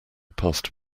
passed